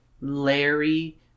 Larry